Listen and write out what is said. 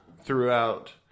throughout